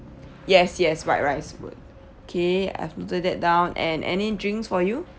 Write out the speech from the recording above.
yes yes white rice would okay I've noted that down and any drinks for you